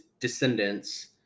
descendants